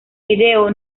vídeo